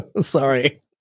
Sorry